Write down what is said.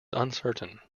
uncertain